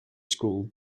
school